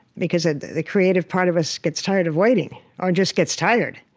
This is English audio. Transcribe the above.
because ah the creative part of us gets tired of waiting or just gets tired.